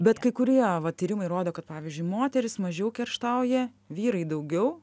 bet kai kurie va tyrimai rodo kad pavyzdžiui moterys mažiau kerštauja vyrai daugiau